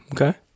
Okay